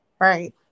Right